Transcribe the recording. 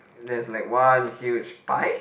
there's like one huge pie